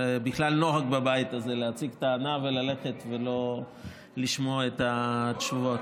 זה בכלל נוהג בבית הזה להציג טענה וללכת ולא לשמוע את התשובות.